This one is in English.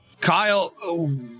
Kyle